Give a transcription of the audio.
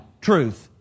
truth